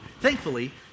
Thankfully